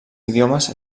idiomes